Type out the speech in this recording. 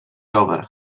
rower